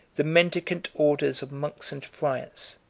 the mendicant orders of monks and friars,